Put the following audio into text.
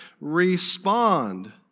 respond